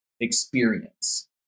experience